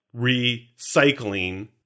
recycling